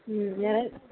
ம் ந